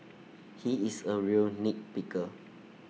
he is A real nit picker